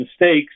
mistakes